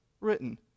written